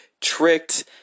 tricked